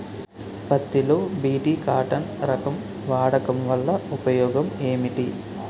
పత్తి లో BT cotton రకం వాడకం వల్ల ఉపయోగం ఏమిటి?